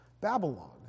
Babylon